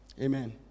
Amen